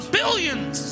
billions